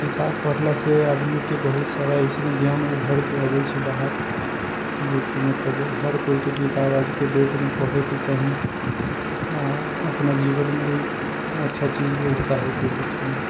किताब पढ़लासँ आदमीके बहुत सारा अइसन ज्ञान उभरिके अबैत छै बाहर जेकि मतलब हर केओके किताब आजके डेटमे पढ़ैके चाही आ अपना जीवनमे ओहि अच्छा चीजके उतारैके भी चाही